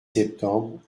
septembre